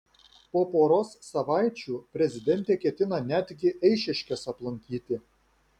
po poros savaičių prezidentė ketina netgi eišiškes aplankyti